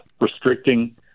restricting